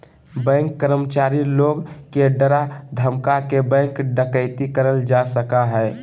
bank कर्मचारी लोग के डरा धमका के बैंक डकैती करल जा सका हय